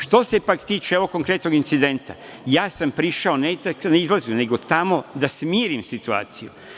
Što se, pak, tiče ovog konkretnog incidenta, ja sam prišao tamo da smirim situaciju.